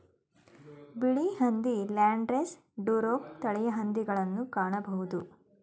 ಬಿಳಿ ಹಂದಿ, Landrace, Duroc ತಳಿಯ ಹಂದಿಗಳನ್ನು ಕಾಣಬೋದು